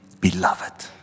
beloved